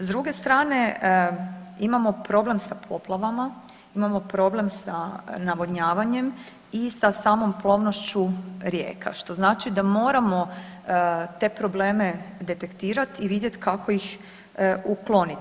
S druge strane, imamo problema sa poplavama, imamo problem sa navodnjavanjem i sa samom plovnošću rijeka, što znači da moramo te probleme detektirati i vidjet kako ih ukloniti.